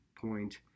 point